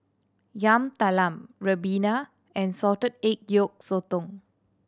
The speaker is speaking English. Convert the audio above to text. Yam Talam ribena and salted egg yolk sotong